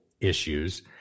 issues